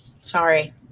Sorry